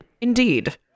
Indeed